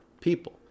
people